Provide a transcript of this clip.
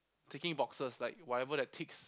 ticking boxes like whatever that ticks